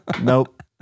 Nope